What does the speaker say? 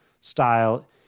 style